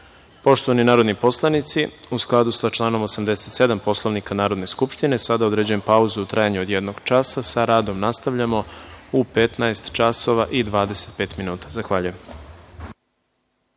narodni poslanici, u skladu sa članom 87. Poslovnika Narodne skupštine, sada određuje pauzu u trajanju od jednog časa. Sa radom nastavljamo u 15,25